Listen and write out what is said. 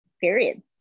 Period